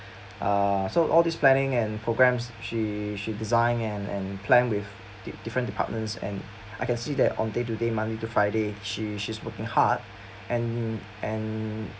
ah so all these planning and programmes she she design and and plan with dif~ different departments and I can see that on day to day monday to friday she she's working hard and and